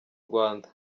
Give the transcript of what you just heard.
rwanda